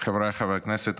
חבריי חברי הכנסת,